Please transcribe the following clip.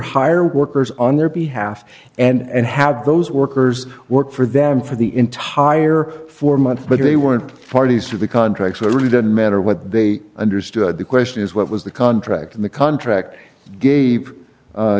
hire workers on their behalf and how those workers work for them for the entire four months but they weren't parties to the contracts that really didn't matter what they understood the question is what was the contract in the contract gave